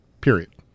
period